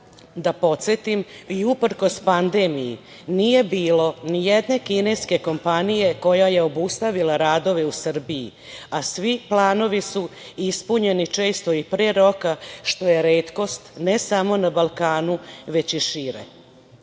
podsetim, uprkos pandemiji, nije bilo nijedne kineske kompanije koja je obustavila radove u Srbiji, a svi planovi su ispunjeni često i pre roka, što je retkost ne samo na Balkanu, već i šire. Na